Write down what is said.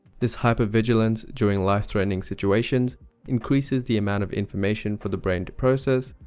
this hypervigilance during life-threatening situations increases the amount of information for the brain to process,